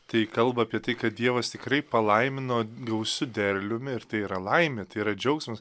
tai kalba apie tai kad dievas tikrai palaimino gausiu derliumi ir tai yra laimė tai yra džiaugsmas